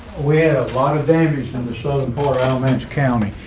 where a lot of damage in the southern border alamance county.